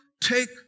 take